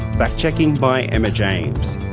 fact checking by emma james.